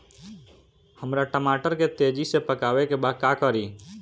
हमरा टमाटर के तेजी से पकावे के बा का करि?